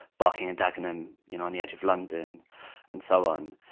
barking and dagenham, you know on the edge of london and so on.